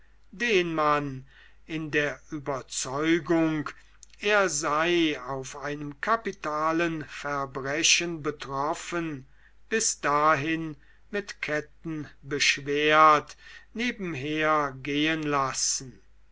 den man in der überzeugung er sei auf einem kapitalen verbrechen betroffen bis dahin mit ketten beschwert nebenher gehen lassen